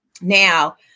Now